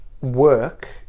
work